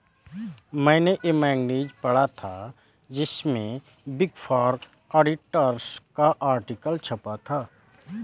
मेने ये मैगज़ीन पढ़ा था जिसमे बिग फॉर ऑडिटर्स का आर्टिकल छपा था